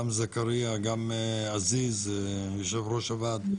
גם זכריא, גם עזיז, יושב ראש הוועד,